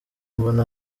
mbona